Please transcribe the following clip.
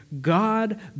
God